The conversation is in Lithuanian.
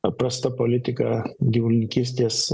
paprasta politika gyvulininkystės